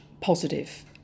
positive